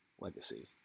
legacy